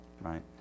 Right